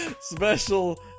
Special